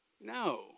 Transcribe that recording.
No